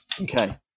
Okay